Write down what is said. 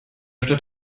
stadt